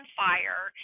fire